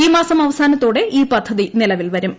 ഈ മാസം അവസാനത്തോടെ ഈ പദ്ധതി നിലവിൽവരും